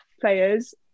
players